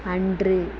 அன்று